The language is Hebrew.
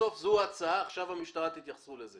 עכשיו המשטרה תתייחס לזה.